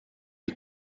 est